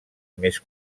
més